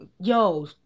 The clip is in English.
Yo